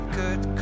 good